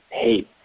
hate